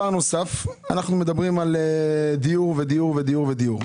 אנחנו מדברים על דיור, דיור ודיור.